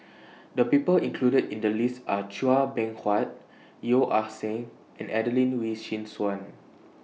The People included in The list Are Chua Beng Huat Yeo Ah Seng and Adelene Wee Chin Suan